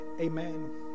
Amen